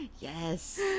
Yes